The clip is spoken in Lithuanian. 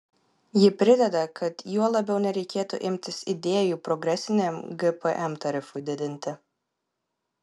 ji prideda kad juo labiau nereikėtų imtis idėjų progresiniam gpm tarifui didinti